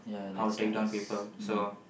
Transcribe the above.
how take down people so